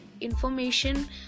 information